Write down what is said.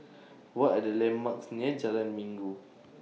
What Are The landmarks near Jalan Minggu